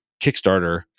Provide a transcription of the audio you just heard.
kickstarter